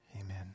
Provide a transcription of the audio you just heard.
Amen